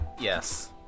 Yes